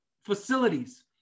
facilities